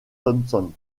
thompson